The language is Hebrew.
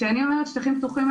וכשאני אומרת שטחים פתוחים,